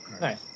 Nice